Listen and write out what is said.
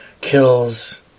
kills